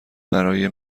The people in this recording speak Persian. برای